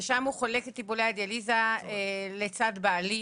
ושם הוא חולק את טיפולי הדיאליזה לצד בעלי.